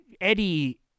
Eddie